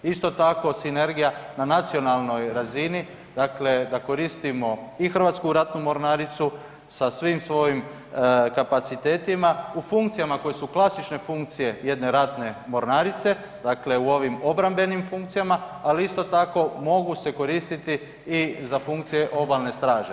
Isto tako sinergija na nacionalnoj razini, dakle da koristimo i Hrvatsku ratnu mornaricu sa svim svojim kapacitetima u funkcijama koje su klasične funkcije jedne ratne mornarice, dakle u ovim obrambenim funkcijama, ali isto tako mogu se koristiti i za funkcije obalne straže.